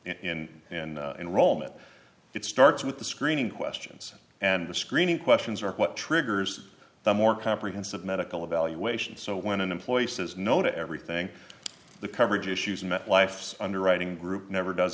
in enroll that it starts with the screening questions and the screening questions are what triggers the more comprehensive medical evaluation so when an employee says no to everything the coverage issues met life's underwriting group never does